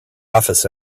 office